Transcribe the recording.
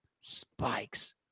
spikes